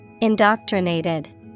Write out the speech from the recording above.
Indoctrinated